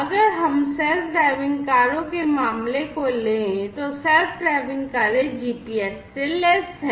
अगर हम self driving कारों के मामले को लें तो सेल्फ ड्राइविंग कारें GPS से लैस हैं